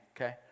okay